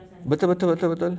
betul betul betul betul